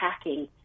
attacking